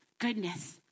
goodness